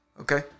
Okay